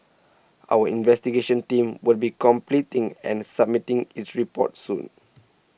our investigation team will be completing and submitting its report soon